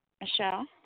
Michelle